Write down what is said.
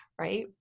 right